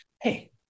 Hey